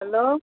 hello